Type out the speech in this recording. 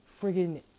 friggin